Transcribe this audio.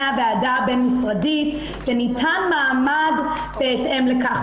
הוועדה הבין-משרדית וניתן מעמד בהתאם לכך,